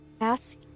ask